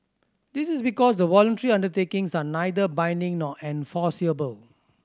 this is because the voluntary undertakings are neither binding nor enforceable